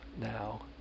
now